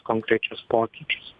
konkrečius pokyčius